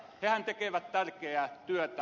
hehän tekevät tärkeää työtä